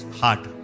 heart